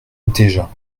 déjà